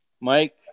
Mike